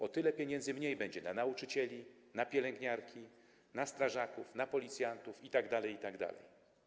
O tyle pieniędzy mniej będzie na nauczycieli, na pielęgniarki, na strażaków, na policjantów itd., itd.